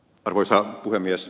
arvoisa puhemies